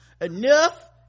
Enough